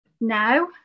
now